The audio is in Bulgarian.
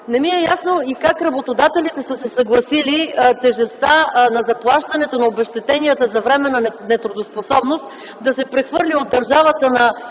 Не ми е ясно и как работодателите са се съгласили тежестта на заплащането на обезщетенията за временна нетрудоспособност да се прехвърля от държавата на